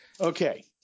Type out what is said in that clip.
Okay